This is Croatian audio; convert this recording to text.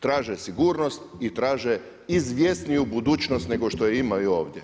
Traže sigurnost i traže izvjesniju budućnost nego što je imaju ovdje.